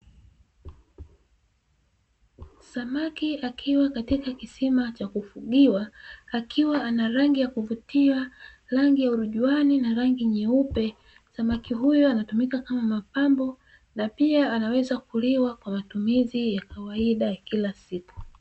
Samaki akiwa katika kisima cha kufugiwa, akiwa ana rangi ya kuvutia, rangi ya urujuani na rangi nyeupe. Samaki huyo anatumika kama mapambo na pia anaweza kuliwa kwa matumizi ya kawaida ya kila siku.